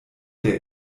der